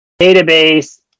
database